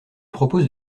propose